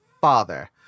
father